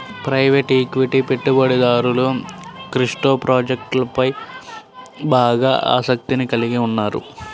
private equity పెట్టుబడిదారులు crypto ప్రాజెక్ట్లపై బాగా ఆసక్తిని కలిగి ఉన్నారు